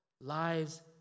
Lives